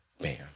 Bam